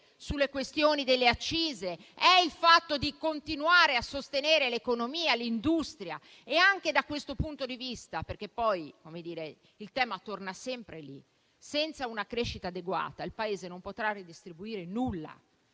sulle questioni delle accise, il fatto di continuare a sostenere l'economia e l'industria. Anche da questo punto di vista - perché poi si torna sempre lì - senza una crescita adeguata il Paese non potrà redistribuire nulla.